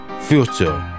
Future